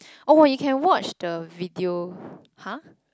oh you can watch the video !hah!